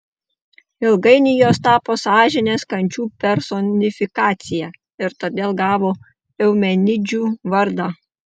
ilgainiui jos tapo sąžinės kančių personifikacija ir todėl gavo eumenidžių vardą